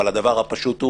אבל הדבר הפשוט הוא